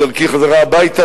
בדרכי חזרה הביתה,